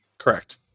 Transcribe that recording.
Correct